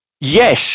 yes